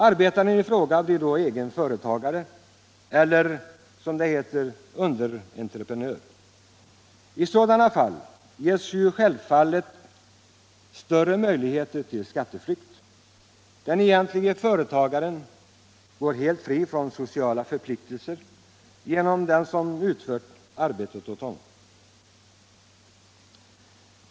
Arbetaren i fråga blir då egen företagare eller, som det heter, underentreprenör. I sådana fall ges självfallet större möjligheter till skatteflykt. Den egentlige företagaren går helt fri från sociala förpliktelser gentemot den som utfört arbetet åt honom.